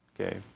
Okay